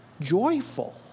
joyful